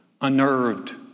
unnerved